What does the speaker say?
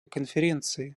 конференции